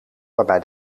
waarbij